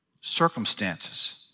circumstances